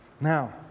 Now